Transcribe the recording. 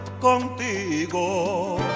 contigo